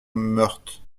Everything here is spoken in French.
meurthe